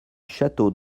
château